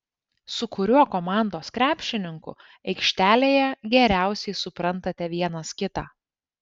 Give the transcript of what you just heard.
su kuriuo komandos krepšininku aikštelėje geriausiai suprantate vienas kitą